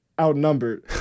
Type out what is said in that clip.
Outnumbered